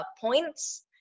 points